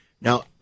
Now